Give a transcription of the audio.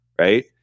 right